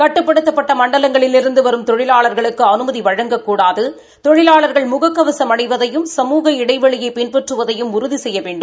கட்டுப்படுத்தப்பட்ட மணடலங்களிலிருந்து வரும் தொழிலாளா்களுக்கு அனுமதி வழங்க கூடாது தொழிலாளாகள் முக கவசம் அணிவதையும் சமூக இடைவெளியை பின்பற்றுவதையும் உறுதி செய்ய வேண்டும்